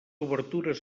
obertures